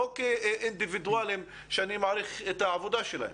לא כאינדיבידואלים שאני מעריך את העבודה שלהם.